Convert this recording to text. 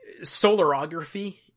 Solarography